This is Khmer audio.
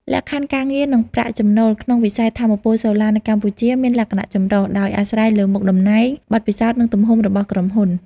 លក្ខខណ្ឌការងារ និងប្រាក់ចំណូលក្នុងវិស័យថាមពលសូឡានៅកម្ពុជាមានលក្ខណៈចម្រុះ ដោយអាស្រ័យលើមុខតំណែង បទពិសោធន៍ និងទំហំរបស់ក្រុមហ៊ុន។